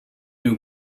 nur